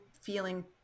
feeling